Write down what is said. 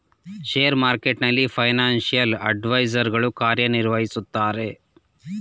share ಮಾರ್ಕೆಟ್ನಲ್ಲಿ financial adviser ಗಳು ಕಾರ್ಯ ನಿರ್ವಹಿಸುತ್ತಾರೆ